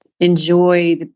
Enjoy